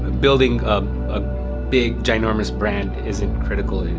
building um a big ginormous brand isn't critical,